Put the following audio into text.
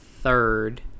third